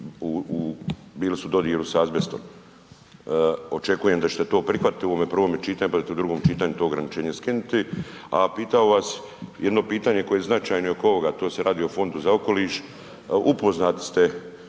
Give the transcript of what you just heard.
bili su u dodiru s azbestom. Očekujem da ćete to prihvatiti u ovome prvome čitanju pa da to u drugom čitanju to ograničenje skinuti, a pitao bi vas jedno pitanje koje je značajno i oko ovoga, to se radi o Fondu za okoliš. Upoznati ste